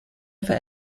ever